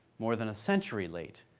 more than a century late.